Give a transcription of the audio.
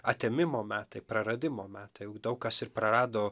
atėmimo metai praradimo metai juk daug kas ir prarado